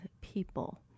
people